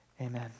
amen